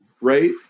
right